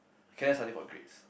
can I study for grades